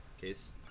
case